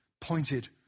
pointed